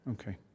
okay